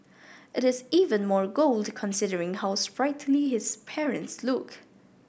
it is even more gold considering how sprightly his parents look